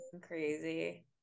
crazy